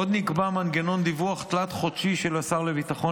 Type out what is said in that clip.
עוד נקבע מנגנון דיווח תלת-חודשי של השר לביטחון